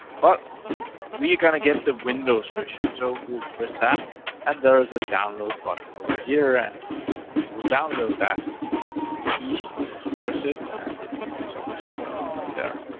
but we're going to get the windows version so we'll press that and there's a download button over here. and we'll we'll download that, its pretty easy, you just press it and it pops up somewhere there.